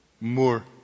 more